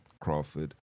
Crawford